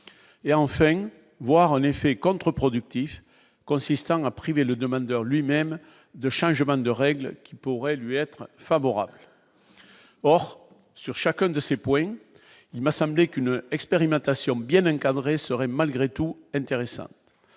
et enfin voir un effet contreproductif consistant à priver le demandeur lui-même de changement de règles qui pourraient lui être favorable, or sur chacun de ces points, il m'a semblé qu'une expérimentation bien encadrés serait malgré tout intéressant